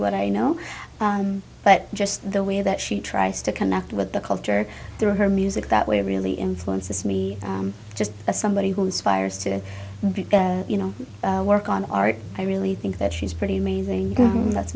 what i know but just the way that she tries to connect with the culture through her music that way really influences me just as somebody who inspires to be you know work on art i really think that she's pretty amazing that's